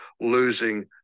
losing